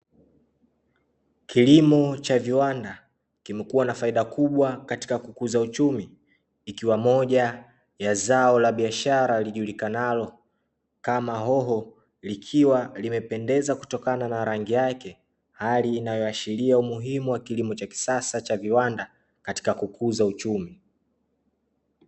Kiliimo cha viwanda kimekuwa na faida kubwa katika kukuza uchumi, ikiwa moja ya zao la biashara lijulikanalo kama hoho, likiwa limependeza kutokana na rangi yake, hali inayoashiria umuhimu wa kilimo cha kisasa cha viwanda, katika kukuza uchumi.